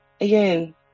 again